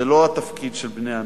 זה לא התפקיד של בני-הנוער,